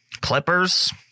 clippers